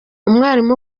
umwarimu